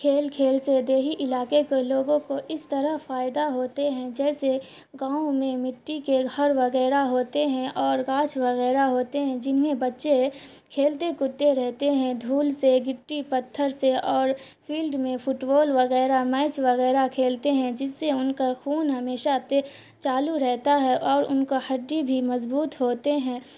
کھیل کھیل سے دیہی علاقے کے لوگوں کو اس طرح فائدہ ہوتے ہیں جیسے گاؤں میں مٹی کے گھر وغیرہ ہوتے ہیں اور گاچھ وغیرہ ہوتے ہیں جن میں بچے کھیلتے کودتے رہتے ہیں دھول سے گٹی پتھر سے اور فیلڈ میں فٹ بال وغیرہ میچ وغیرہ کھیلتے ہیں جس سے ان کا خون ہمیشہ چالو رہتا ہے اور ان کا ہڈی بھی مضبوط ہوتے ہیں